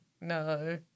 No